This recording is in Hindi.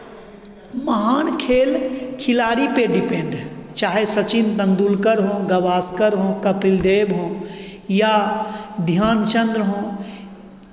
महान खेल खिलाड़ी पे डिपेंड है चाहे सचिन तेन्दुलकर हों गावस्कर हों कपिलदेव हों या ध्यानचन्द्र हों